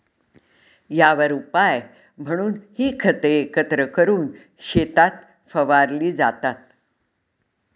यावर उपाय म्हणून ही खते एकत्र करून शेतात फवारली जातात